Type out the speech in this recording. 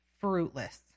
fruitless